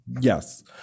Yes